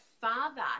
father